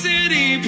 City